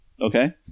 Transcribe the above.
okay